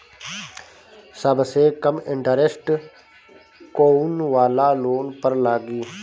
सबसे कम इन्टरेस्ट कोउन वाला लोन पर लागी?